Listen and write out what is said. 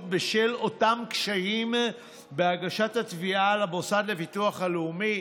בשל אותם קשיים בהגשת התביעה למוסד לביטוח לאומי.